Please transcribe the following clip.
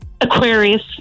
Aquarius